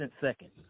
second